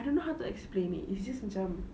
I don't know how to explain it it's just macam